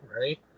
right